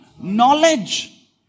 Knowledge